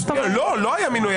לא היה מינוי.